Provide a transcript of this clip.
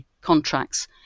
contracts